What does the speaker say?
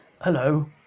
Hello